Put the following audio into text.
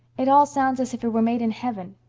it all sounds as if it were made in heaven,